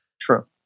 True